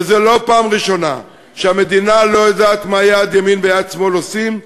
וזו לא פעם ראשונה שהמדינה לא יודעת מה יד ימין ומה יד שמאל עושות,